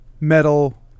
metal